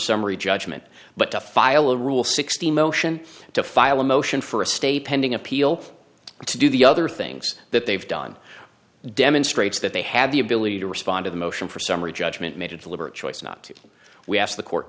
summary judgment but to file a rule sixty motion to file a motion for a stay pending appeal to do the other things that they've done demonstrates that they had the ability to respond to the motion for summary judgment made a deliberate choice not to we asked the court